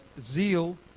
zeal